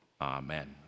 amen